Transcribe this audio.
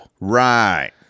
Right